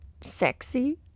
sexy